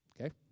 Okay